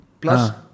Plus